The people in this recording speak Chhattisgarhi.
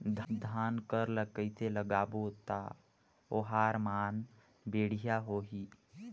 धान कर ला कइसे लगाबो ता ओहार मान बेडिया होही?